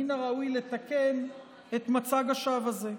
מן הראוי לתקן את מצג השווא הזה.